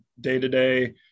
day-to-day